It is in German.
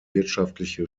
wirtschaftliche